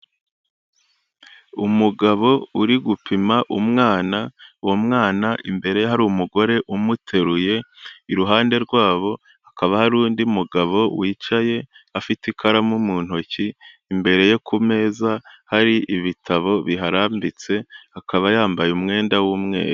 Umugabo uri gupima umwana, uwo mwana imbere hari umugore umuteruye, iruhande rwabo hakaba hari undi mugabo wicaye afite ikaramu mu ntoki, imbere yo ku meza hari ibitabo biharambitse, akaba yambaye umwenda w'umweru.